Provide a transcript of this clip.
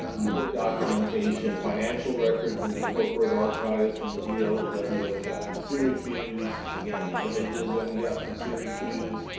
other documentation, financial records, and the corporate archives from the dl and w that we got from syracuse, again, the images that we got from syracuse,